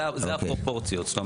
אלה הפרופורציות.